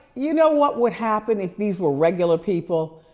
you know what would happen if these were regular people?